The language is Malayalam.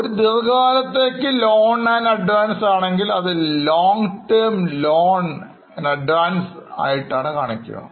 ഒരു ദീർഘകാലത്തേക്ക് ലോൺ അഡ്വാൻസ് ആണെങ്കിൽ അത് Long Term ലോൺ അഡ്വാൻസ് ആയി ആയിട്ടാണ് കാണിക്കുക